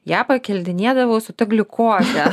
ją pakeldinėdavau su ta gliukoze